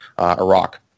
Iraq